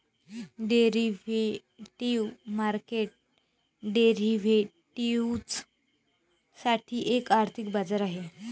derivative market derivatives साठी एक आर्थिक बाजार आहे